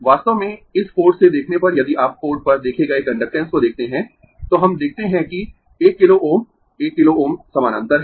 वास्तव में इस पोर्ट से देखने पर यदि आप पोर्ट पर देखे गए कंडक्टेन्स को देखते है तो हम देखते है कि 1 किलो Ω 1 किलो Ω समानांतर है